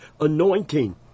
anointing